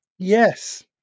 Yes